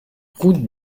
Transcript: route